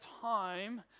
time